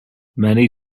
many